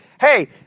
hey